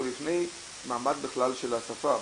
עוד לפני מעמד בכלל של השפה.